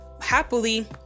happily